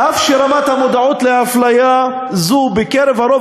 "אף שרמת המודעות לאפליה זו בקרב הרוב